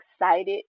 excited